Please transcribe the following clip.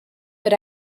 but